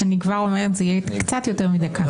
כבר אומרת זה יהיה קצת יותר מדקה.